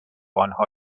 آنها